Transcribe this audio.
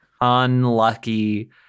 Unlucky